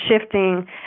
shifting